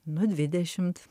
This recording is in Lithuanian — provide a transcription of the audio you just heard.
nu dvidešimt